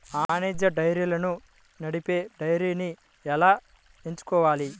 వాణిజ్య డైరీలను నడిపే డైరీని ఎలా ఎంచుకోవాలి?